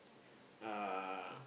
uh